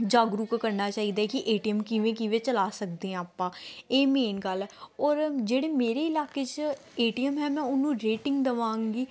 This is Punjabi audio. ਜਾਗਰੂਕ ਕਰਨਾ ਚਾਹੀਦਾ ਕਿ ਏ ਟੀ ਐਮ ਕਿਵੇਂ ਕਿਵੇਂ ਚਲਾ ਸਕਦੇ ਹਾਂ ਆਪਾਂ ਇਹ ਮੇਨ ਗੱਲ ਹੈ ਔਰ ਜਿਹੜੇ ਮੇਰੇ ਇਲਾਕੇ 'ਚ ਏ ਟੀ ਐਮ ਹੈ ਮੈਂ ਉਹਨੂੰ ਰੇਟਿੰਗ ਦੇਵਾਂਗੀ